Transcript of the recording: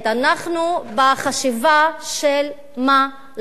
אנחנו בחשיבה של מה לעשות.